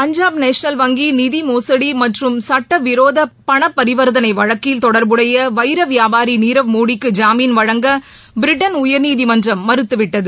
Punjab National வங்கி நிதி மோசடி மற்றும் சட்டவிரோத பணபரிவர்தனை வழக்கில் தொடர்புடைய வைர வியாபாரி நீரவ்மோடிக்கு ஜாமீன் வழங்க பிரிட்டன் உயர்நீதிமன்றம் மறுத்வு விட்டது